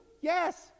yes